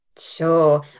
Sure